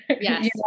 Yes